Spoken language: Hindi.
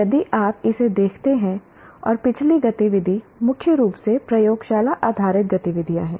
यदि आप इसे देखते हैं और पिछली गतिविधि मुख्य रूप से प्रयोगशाला आधारित गतिविधियाँ हैं